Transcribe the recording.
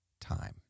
time